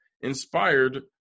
inspired